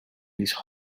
this